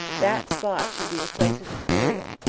that spot should be the place of his burial.